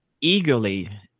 eagerly